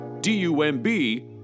D-U-M-B